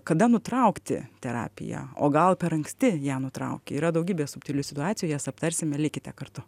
kada nutraukti terapiją o gal per anksti ją nutrauki yra daugybė subtilių situacijų jas aptarsime likite kartu